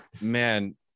man